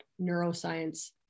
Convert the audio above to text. neuroscience